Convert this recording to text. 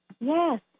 Yes